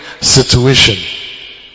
situation